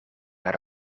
naar